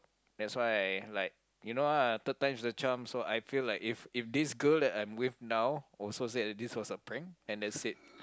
that's why I like you know ah third time's a charm so I feel like if if this girl that I'm with now also say that this was a prank and that's it